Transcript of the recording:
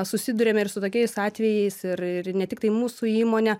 susiduriame ir su tokiais atvejais ir ir ne tiktai mūsų įmonė